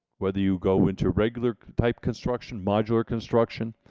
whether you go into regular type construction, modular construction,